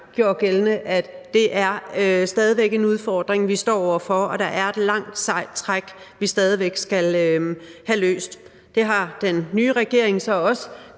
gjorde gældende, at det stadig væk er en udfordring, vi står over for, og at der er et langt sejt træk, vi stadig væk skal have løst. Det har den nye regering så også taget